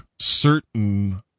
certain